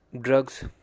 drugs